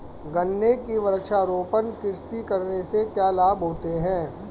गन्ने की वृक्षारोपण कृषि करने से क्या लाभ होते हैं?